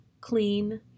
clean